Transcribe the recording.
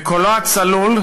בקולו הצלול,